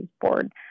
Board